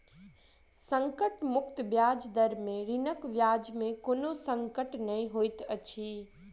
संकट मुक्त ब्याज दर में ऋणक ब्याज में कोनो संकट नै होइत अछि